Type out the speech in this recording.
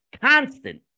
constant